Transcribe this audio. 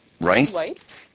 right